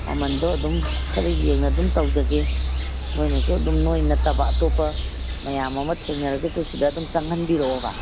ꯃꯃꯜꯗꯣ ꯑꯗꯨꯝ ꯈꯔ ꯌꯦꯡꯅ ꯑꯗꯨꯝ ꯇꯧꯖꯒꯦ ꯅꯣꯏꯅꯁꯨ ꯑꯗꯨꯝ ꯅꯣꯏ ꯅꯠꯇꯕ ꯑꯇꯣꯞꯄ ꯃꯌꯥꯝ ꯑꯃ ꯊꯦꯡꯅꯔꯒꯁꯨ ꯁꯤꯗ ꯑꯗꯨꯝ ꯆꯪꯍꯟꯕꯤꯔꯛꯑꯣꯕ